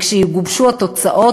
כאשר יגובשו התוצאות,